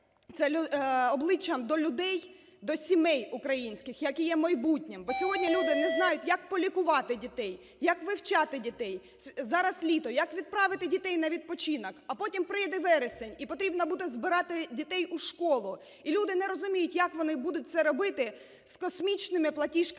обличчям до людей, до сімей українських, які є майбутнім. Бо сьогодні люди не знають, як полікувати дітей, як вивчати дітей, зараз літо, як відправити дітей на відпочинок. А потім прийде вересень, і потрібно буде збирати дітей у школу, і люди не розуміють, як вони будуть це робити з космічними платіжками